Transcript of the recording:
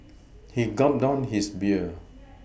he gulped down his beer